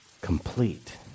complete